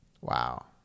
Wow